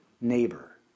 neighbor